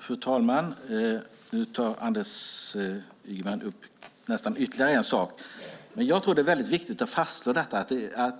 Fru talman! Nu tar Anders Ygeman upp ytterligare en sak. Jag tror att det är viktigt att fastslå att